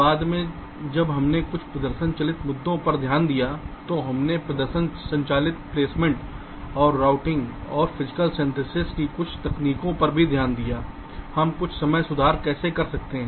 बाद में जब हमने कुछ प्रदर्शन चालित मुद्दों पर ध्यान दिया तो हमने प्रदर्शन संचालित प्लेसमेंट और रूटिंग और भौतिक संश्लेषण की कुछ तकनीकों पर भी ध्यान दिया हम कुछ समय सुधार कैसे कर सकते हैं